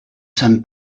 sommes